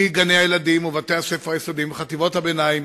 גני-הילדים, ובתי-הספר היסודיים, וחטיבות הביניים,